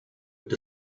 have